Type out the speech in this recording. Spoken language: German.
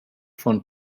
von